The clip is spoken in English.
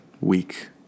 week